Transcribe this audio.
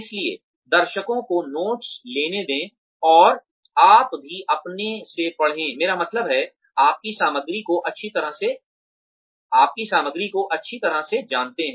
इसलिए दर्शकों को नोट्स लेने दें और आप भी अपने से पढ़ें मेरा मतलब है आपकी सामग्री को अच्छी तरह से जानते हैं